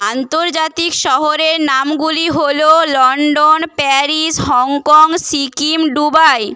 আন্তর্জাতিক শহরের নামগুলি হল London Paris Hong Kong Sikkim Dubai